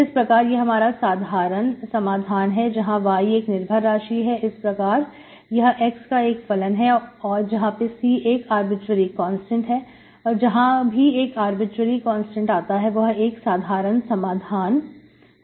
इस प्रकार यह हमारा साधारण समाधान है जहांy एक निर्भर राशि है इस प्रकार यह x का एक फलन है और यहां C एक आर्बिट्रेरी कांस्टेंट है और जहां कहीं भी एक आर्बिट्रेरी कांस्टेंट आता है वह एक साधारण समाधान होता है